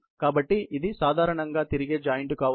కాబట్టి ఇది సాధారణంగా తిరిగే జాయింట్ కావచ్చు